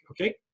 okay